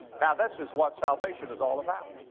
now this is what salvation is all about.